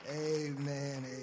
Amen